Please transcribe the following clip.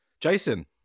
Jason